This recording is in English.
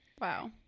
wow